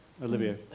Olivia